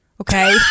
Okay